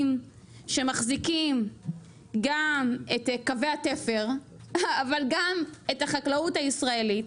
שמחזיקים גם את קווי התפר אבל גם את החקלאות הישראלית,